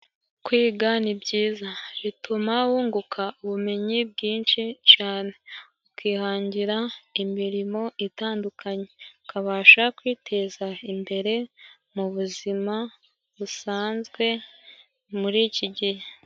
Kwiga ni byiza. Bituma wunguka ubumenyi bwinshi cane, ukihangira imirimo itandukanye. Ukabasha kwiteza imbere mu buzima busanzwe muri iki gihe.